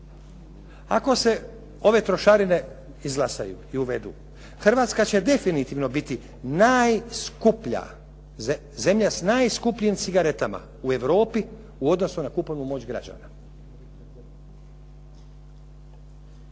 Ako se ove trošarine izglasaju i uvedu, Hrvatska će definitivno biti zemlja s najskupljim cigaretama u Europi u odnosu na kupovnu moć građana.